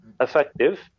effective